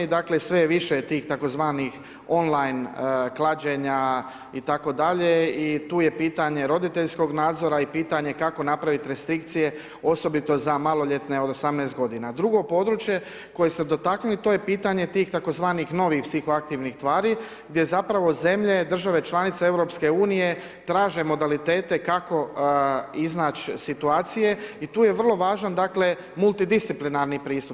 Dakle, sve je više tih tzv. on line klađenja itd. i tu je pitanje roditeljskog nadzora i pitanje kako napraviti restrikcije osobito za maloljetne od 18 g. Drugo područje, koje ste dotaknuli to je pitanje tih tzv. novih psihoaktivnih tvari gdje zapravo zemlje i države članica EU traže modalitete kako iznaći situacije i tu je vrlo važan multidisciplinarni pristup.